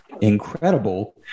incredible